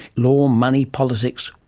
law, money, politics,